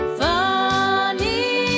funny